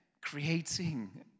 creating